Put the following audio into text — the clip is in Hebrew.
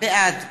בעד